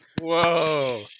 Whoa